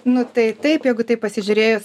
nu tai taip jeigu taip pasižiūrėjus